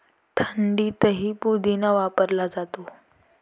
थंडाईतही पुदिना वापरला जातो